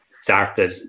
started